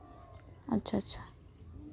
ᱟᱪᱪᱷᱟ ᱟᱪᱪᱷᱟ